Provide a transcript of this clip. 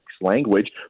language